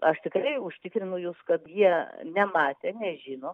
aš tikrai užtikrinu jus kad jie nematė nežino